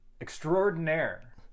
Extraordinaire